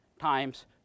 times